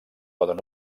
poden